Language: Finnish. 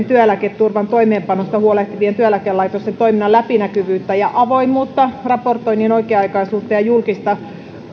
työeläketurvan toimeenpanosta huolehtivien työeläkelaitosten toiminnan läpinäkyvyyttä ja avoimuutta raportoinnin oikea aikaisuutta ja julkista